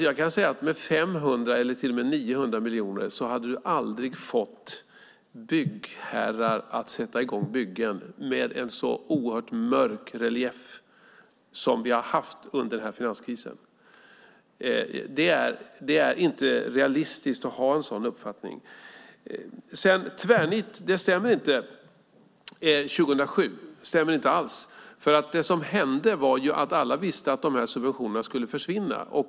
Jag kan säga att med 500 eller till och med 900 miljoner hade du aldrig fått byggherrar att sätta i gång byggen med en så oerhört mörk relief som vi har haft under finanskrisen. Det är inte realistiskt att ha en sådan uppfattning. Tvärnit 2007 stämmer inte alls. Det som hände var att alla visste att de där subventionerna skulle försvinna.